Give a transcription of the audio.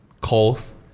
calls